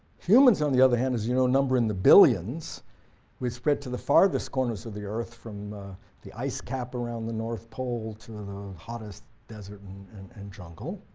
humans, on the other hand as you know, number in the billions we've spread to the farthest corners of the earth from the ice cap around the north pole to the hottest desert and jungle.